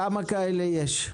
כמה כאלה יש?